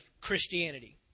Christianity